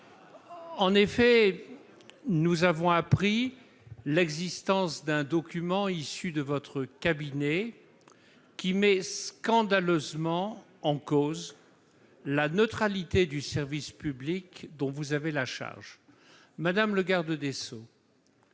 En effet, nous avons appris l'existence d'un document, issu de votre cabinet, qui met scandaleusement en cause la neutralité du service public dont vous avez la charge. Madame le garde des sceaux,